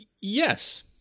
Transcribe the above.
Yes